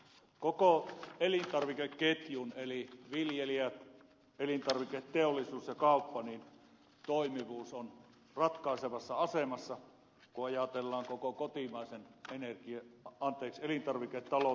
koko elintarvikeketjun eli viljelijän elintarviketeollisuuden ja kaupan toimivuus on ratkaisevassa asemassa kun ajatellaan koko kotimaisen elintarviketaloutemme tulevaisuutta